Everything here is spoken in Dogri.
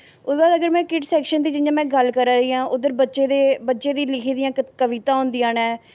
ओह्दे बाद जि'यां किड सैक्शन दी में गल्ल करांऽ जां उद्धर बच्चें दी लिखी दियां कवितां होंदियां न